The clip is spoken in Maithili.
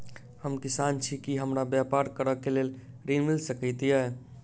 हम किसान छी की हमरा ब्यपार करऽ केँ लेल ऋण मिल सकैत ये?